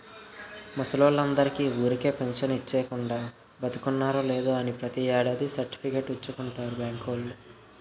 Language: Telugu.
ముసలోల్లందరికీ ఊరికే పెంచను ఇచ్చీకుండా, బతికున్నారో లేదో అని ప్రతి ఏడాది సర్టిఫికేట్ పుచ్చుకుంటారు బాంకోల్లు